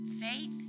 faith